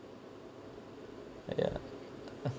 ya